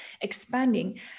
expanding